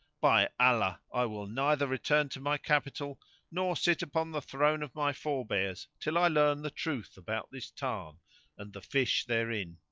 by allah i will neither return to my capital nor sit upon the throne of my forbears till i learn the truth about this tarn and the fish therein.